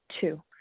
two